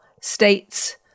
states